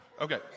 Okay